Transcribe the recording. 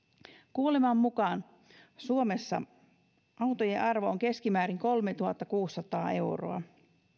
kuuleman mukaan suomessa autojen arvo on keskimäärin kolmetuhattakuusisataa euroa